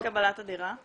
מתי תאריך קבלת הדירה?